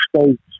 states